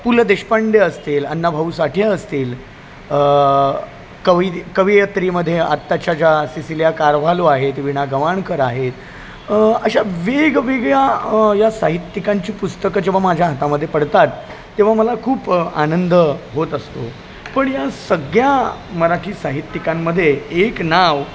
पु ल देशपांडे असतील अण्णा भाऊ साठे असतील कवि कवयित्रीमध्ये आत्ताच्या ज्या सिसिलिया कारव्हालो आहेत विणा गवाणकर आहेत अशा वेगवेगळ्या या साहित्यिकांची पुस्तकं जेव्हा माझ्या हातामध्ये पडतात तेव्हा मला खूप आनंद होत असतो पण या सगळ्या मराठी साहित्यिकां मध्ये एक नाव